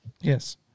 Yes